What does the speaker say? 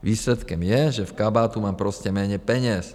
Výsledkem je, že v kabátu mám prostě méně peněz.